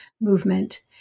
movement